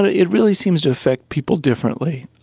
ah it really seems to affect people differently.